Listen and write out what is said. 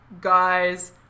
guys